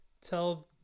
tell